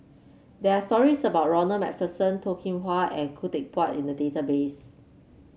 there are stories about Ronald MacPherson Toh Kim Hwa and Khoo Teck Puat in the database